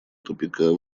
тупика